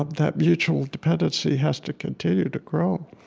ah that mutual dependency has to continue to grow,